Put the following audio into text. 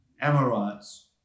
Amorites